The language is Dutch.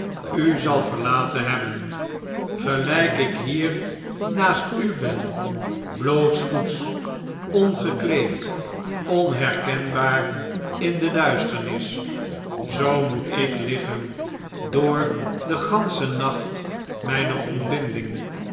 u zal verlaten hebben gelijk ik hier naast u ben blootsvoets ongekleed onherkenbaar in de duisternis zoo moet ik liggen door den ganschen nacht mijner ontbinding